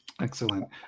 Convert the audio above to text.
Excellent